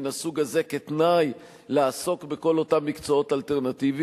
מן הסוג הזה כתנאי לעסוק בכל אותם מקצועות אלטרנטיביים,